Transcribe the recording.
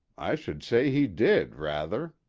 i should say he did, rather.